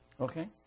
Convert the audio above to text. Okay